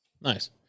Nice